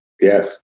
Yes